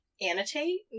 annotate